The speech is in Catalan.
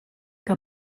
que